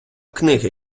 книги